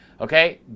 Okay